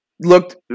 looked